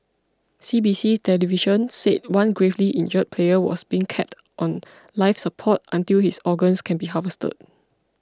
C B C television said one gravely injured player was being kept on life support until his organs can be harvested